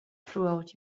throughout